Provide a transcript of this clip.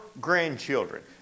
grandchildren